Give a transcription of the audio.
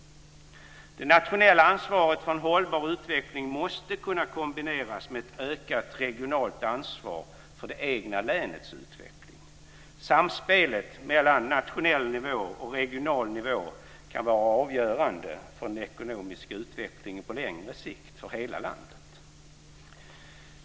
Det nationella ansvaret för en hållbar utveckling måste kunna kombineras med ett ökat regionalt ansvar för det egna länets utveckling. Samspelet mellan nationell nivå och regional nivå kan vara avgörande för den ekonomiska utvecklingen på längre sikt för hela landet.